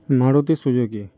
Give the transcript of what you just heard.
Maruti Suzuki